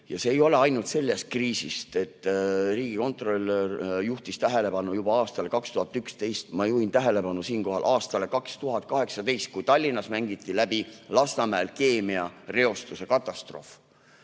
Ja see ei ole ainult selles kriisis. Riigikontrolör juhtis tähelepanu juba aastale 2011. Ma juhin tähelepanu siinkohal aastale 2018, kui Tallinnas mängiti läbi Lasnamäe keemiareostuse katastroof.